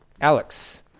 Alex